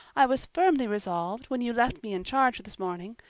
i was firmly resolved, when you left me in charge this morning,